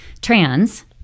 Trans